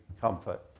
comfort